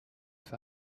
for